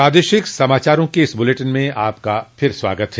प्रादेशिक समाचारों के इस बुलेटिन में आपका फिर से स्वागत है